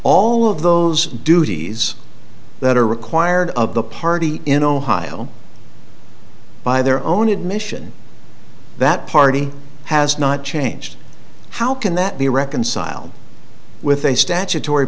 all of those duties that are required of the party in ohio by their own admission that party has not changed how can that be reconciled with a statutory